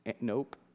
nope